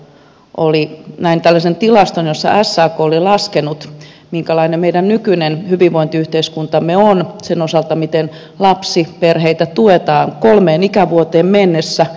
näin tällaisen tilaston jossa sak oli laskenut minkälainen meidän nykyinen hyvinvointiyhteiskuntamme on sen osalta miten lapsiperheitä tuetaan kolmeen ikävuoteen mennessä